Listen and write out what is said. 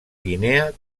guinea